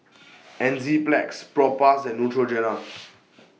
Enzyplex Propass and Neutrogena